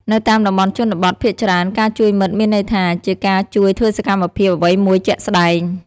នៅតាមតំបន់ជនបទ ភាគច្រើនការជួយមិត្តមានន័យថា ជាការជួយធ្វើសកម្មភាពអ្វីមួយជាក់ស្ដែង។